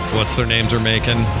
What's-their-names-are-making